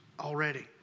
already